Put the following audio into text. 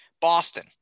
Boston